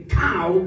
cow